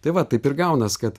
tai va taip ir gaunas kad